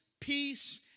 peace